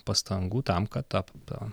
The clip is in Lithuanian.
pastangų tam kad taptų